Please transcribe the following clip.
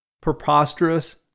preposterous